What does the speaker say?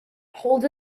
holds